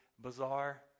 bizarre